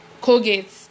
Colgate